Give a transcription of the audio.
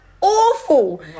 awful